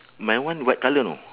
my one white colour know